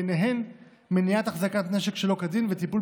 ובהן מניעת החזקת נשק שלא כדין וטיפול